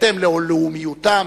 בהתאם ללאומיותם,